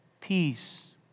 peace